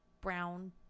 brown